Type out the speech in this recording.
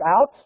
out